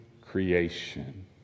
creation